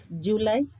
July